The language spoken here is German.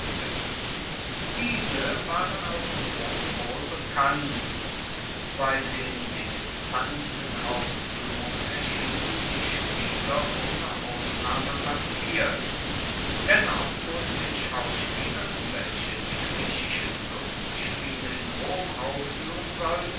diese waren auch in rom wohlbekannt bei den dilettantenauffuehrungen erschienen die spieler ohne ausnahme maskiert dennoch wurden den schauspielern welche die griechischen lustspiele in rom auffuehren sollten